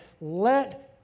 Let